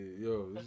Yo